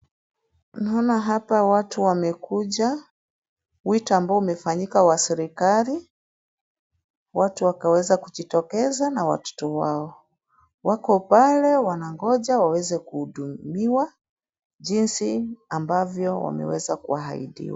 Naona hapa watu wamekuja, wito ambao umefanyika wa serikali. Watu wakaweza kujitokeza na watoto wao. Wako pale wanangoja waweze kuhudumiwa jinsi ambavyo wameweza kuahidiwa.